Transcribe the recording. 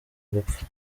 gupfa